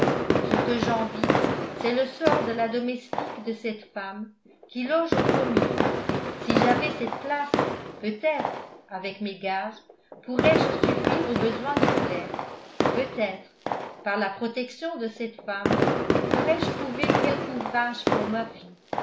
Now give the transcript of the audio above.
ce que j'envie c'est le sort de la domestique de cette femme qui loge au premier si j'avais cette place peut-être avec mes gages pourrais-je suffire aux besoins de claire peut-être par la protection de cette femme pourrais-je trouver quelque ouvrage pour ma fille